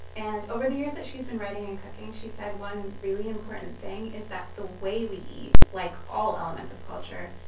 and over the years that she's been writing and cooking, she said one really important thing is that the way we eat, like all elements of culture,